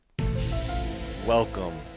Welcome